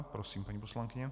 Prosím, paní poslankyně.